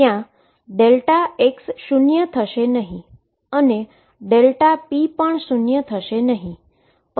જ્યા x શુન્ય થશે નહી અને Δp પણ શુન્ય થશે નહી